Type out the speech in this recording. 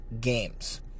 games